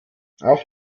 auch